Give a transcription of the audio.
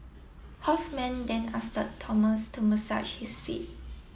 Hoffman then Thomas to massage his feet